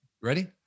Ready